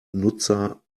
nutzer